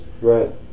Right